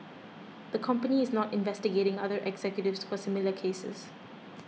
the company is not investigating other executives for similar cases